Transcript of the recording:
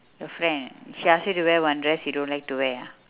your friend she ask you to wear one dress you don't like to wear ah